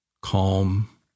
Calm